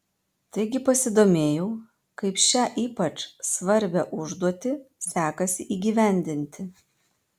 taigi pasidomėjau kaip šią ypač svarbią užduotį sekasi įgyvendinti